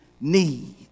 need